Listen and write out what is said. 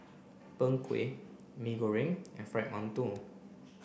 Png Kueh Mee Goreng and Fried Mantou